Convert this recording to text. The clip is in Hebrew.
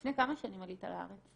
לפני כמה שנים עלית לארץ?